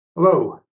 Hello